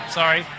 sorry